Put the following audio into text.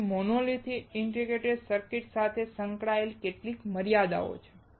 તેથી monolithic integrated circuits સાથે સંકળાયેલ કેટલીક મર્યાદાઓ છે